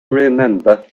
remember